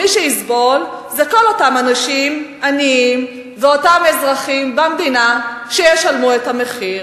מי שיסבול זה כל אותם אנשים עניים ואותם אזרחים במדינה שישלמו את המחיר.